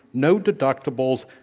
no deductibles,